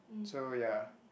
so ya